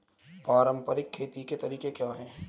पारंपरिक खेती के तरीके क्या हैं?